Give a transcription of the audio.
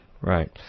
right